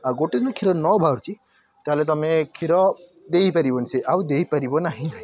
ଆଉ ଗୋଟେ ଦିନ ଯଦି କ୍ଷୀର ନ ବାହାରୁଛି ତା'ହେଲେ ତୁମେ କ୍ଷୀର ଦେଇ ପାରିବନି ସେ ଆଉ ଦେଇ ପାରିବ ନାହିଁ